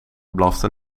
blafte